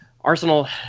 Arsenal